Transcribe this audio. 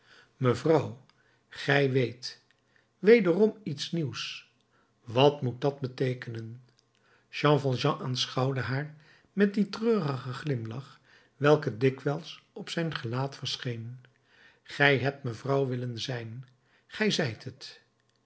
mevrouw gij weet wederom iets nieuws wat moet dat beteekenen jean valjean aanschouwde haar met dien treurigen glimlach welke dikwijls op zijn gelaat verscheen gij hebt mevrouw willen zijn gij zijt het